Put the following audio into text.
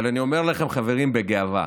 אבל אני אומר לכם, חברים, בגאווה: